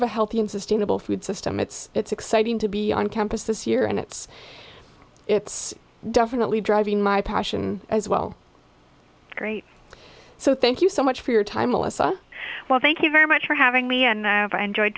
of a healthy and sustainable food system it's it's exciting to be on campus this year and it's it's definitely driving my passion as well great so thank you so much for your time melissa well thank you very much for having me and i have enjoyed